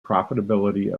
profitability